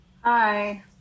Hi